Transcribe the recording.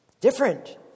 different